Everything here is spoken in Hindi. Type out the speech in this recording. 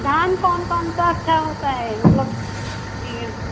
धान कौन कौन सा अच्छा होता है मतलब बीया